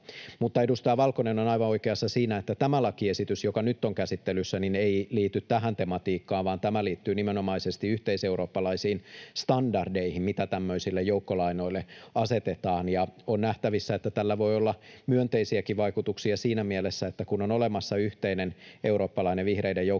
Edustaja Valkonen on aivan oikeassa siinä, että tämä lakiesitys, joka nyt on käsittelyssä, ei liity tähän tematiikkaan, vaan tämä liittyy nimenomaisesti yhteiseurooppalaisiin standardeihin, mitä tämmöisille joukkolainoille asetetaan. Ja on nähtävissä, että tällä voi olla myönteisiäkin vaikutuksia siinä mielessä, että kun on olemassa yhteinen eurooppalainen vihreiden joukkolainojen